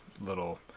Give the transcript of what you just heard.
little